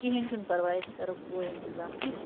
کِہیٖنۍ چھُنہٕ پَرواے أسۍ کَرو پوٗرٕ اِنتظام ٹھیٖک چھُ